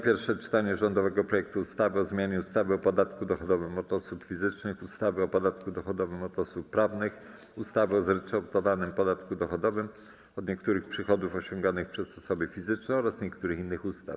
Pierwsze czytanie rządowego projektu ustawy o zmianie ustawy o podatku dochodowym od osób fizycznych, ustawy o podatku dochodowym od osób prawnych, ustawy o zryczałtowanym podatku dochodowym od niektórych przychodów osiąganych przez osoby fizyczne oraz niektórych innych ustaw.